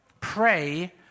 pray